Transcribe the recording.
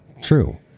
true